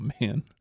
man